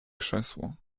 krzesło